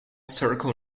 circle